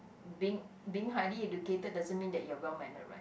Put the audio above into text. being being highly educated doesn't mean that you're well mannered right